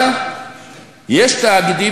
אבל יש תאגידים,